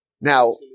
Now